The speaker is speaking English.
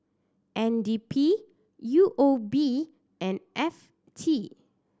N D P U O B and F T